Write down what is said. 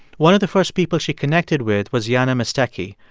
one of the first people she connected with was jana mestecky,